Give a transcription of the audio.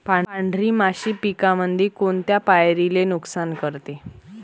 पांढरी माशी पिकामंदी कोनत्या पायरीले नुकसान करते?